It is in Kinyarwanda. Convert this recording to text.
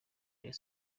rayon